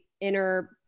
inner